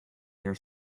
their